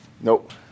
Nope